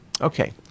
Okay